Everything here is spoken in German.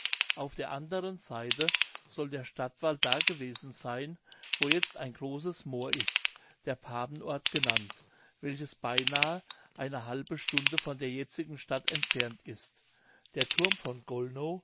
auf der anderen seite soll der stadtwall da gewesen seyn wo jetzt ein großes moor ist der papenort genannt welches beinahe eine halbe stunde von der jetzigen stadt entfernt ist der thurm von gollnow